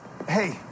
Hey